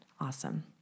Awesome